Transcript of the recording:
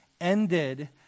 ended